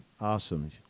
Awesome